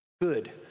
good